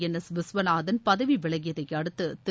என் S Viswanathan பதவிவிலகியதையடுத்துதிரு